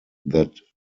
that